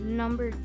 number